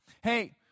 Hey